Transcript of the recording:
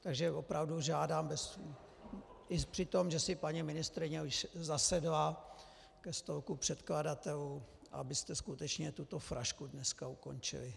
Takže opravdu žádám, i přitom, že si paní ministryně zasedla ke stolku předkladatelů, abyste skutečně tuto frašku dneska ukončili.